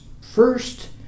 first